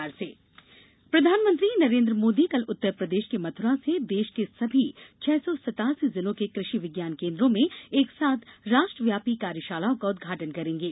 PM veterinary प्रधानमंत्री नरेन्द्र मोदी कल उत्तर प्रदेश के मथुरा से देश के सभी छह सौ सतासी जिलों के कृषि विज्ञान केन्द्रो में एक साथ राष्ट्रव्यापी कार्यशालाओं का उद्घाटन करेंगे